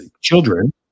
Children